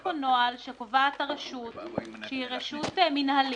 יש פה נוהל שקובעת הרשות, שהיא רשות מינהלית.